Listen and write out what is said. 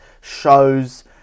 shows